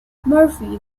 murphy